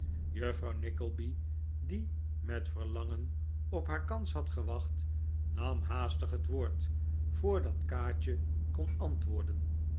juffrouw nickleby die met verlangen op haar kans had gewacht nam haastig het woord voordat kaatje kon antwoorden